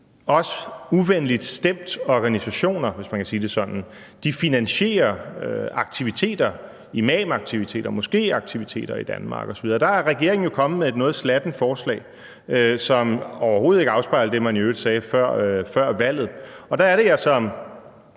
os uvenligt stemte organisationer, hvis man kan sige det sådan, finansierer aktiviteter i Danmark, imamaktiviteter, moskéaktiviteter osv. Der er regeringen jo kommet med et noget slattent forslag, som overhovedet ikke afspejler det, man i øvrigt sagde før valget. Og så er det,